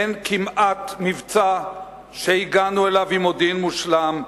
אין כמעט מבצע שהגענו אליו עם מודיעין מושלם,